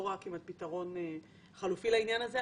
אני לא רואה כמעט פתרון חלופי לעניין הזה,